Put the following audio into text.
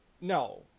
no